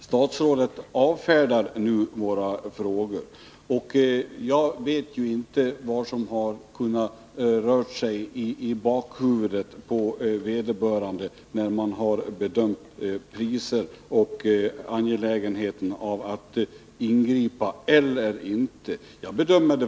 Statsrådet avfärdar nu våra frågor. Jag vet inte vad som har rört sig i bakhuvudet på dem som har bedömt priser samt vid bedömningen av angelägenheten att ingripa eller inte ingripa.